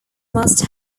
must